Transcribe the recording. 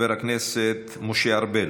חבר הכנסת משה ארבל,